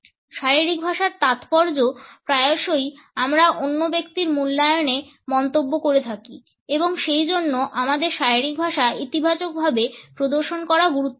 শারীরিক ভাষার তাৎপর্য প্রায়শই আমরা অন্য ব্যক্তির মূল্যায়নে মন্তব্য করে থাকি এবং সেইজন্য আমাদের শারীরিক ভাষা ইতিবাচকভাবে প্রদর্শন করা গুরুত্বপূর্ণ